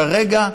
כרגע,